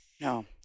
No